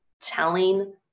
telling